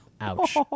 Ouch